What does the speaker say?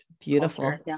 Beautiful